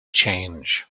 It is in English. change